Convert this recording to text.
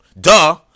duh